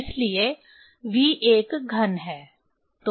इसलिए v एक घन है